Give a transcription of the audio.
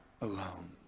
alone